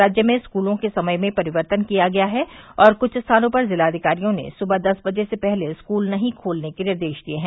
राज्य में स्कूलों के समय में परिवर्तन किया गया है और कृछ स्थानों पर जिला अधिकारियों ने सुबह दस बजे से पहले स्कूल नहीं खोलने के निर्देश दिए हैं